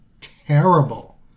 terrible